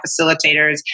facilitators